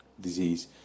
disease